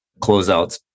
closeouts